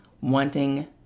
wanting